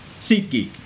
SeatGeek